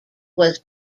was